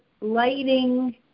lighting